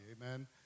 Amen